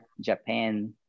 Japan